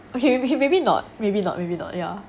okay okay maybe not maybe not maybe not yeah